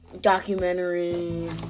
Documentary